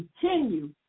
continue